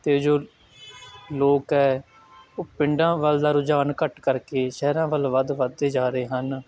ਅਤੇ ਜੋ ਲੋਕ ਹੈ ਉਹ ਪਿੰਡਾਂ ਵੱਲ ਦਾ ਰੁਝਾਨ ਘੱਟ ਕਰਕੇ ਸ਼ਹਿਰਾਂ ਵੱਲ ਵੱਧ ਵੱਧਦੇ ਜਾ ਰਹੇ ਹਨ